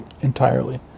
entirely